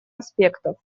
аспектов